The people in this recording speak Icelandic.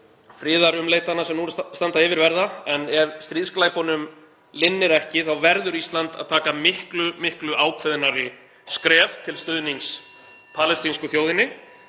friðarumleitana sem nú standa yfir verða. Ef stríðsglæpunum linnir ekki verður Ísland að taka miklu ákveðnari skref til stuðnings palestínsku þjóðinni.